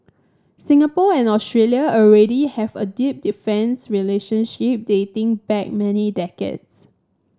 Singapore and Australia already have a deep defence relationship dating back many decades